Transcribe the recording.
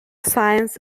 science